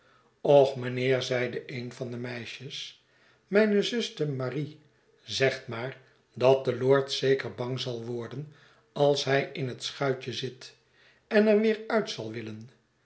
mijnheer zeide een van de meisjes mijne zuster marie zegt maar dat de lord zeker bang zal worden als hij in het schuitje zit en er weer uit zal willen